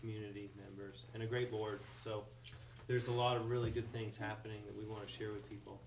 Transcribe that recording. community members and a great board so there's a lot of really good things happening and we want to share with people